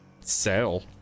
sell